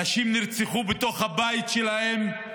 אנשים נרצחו בתוך הבית שלהם,